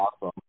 awesome